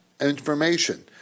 information